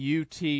UT